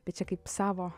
bet čia kaip savo